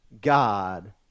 God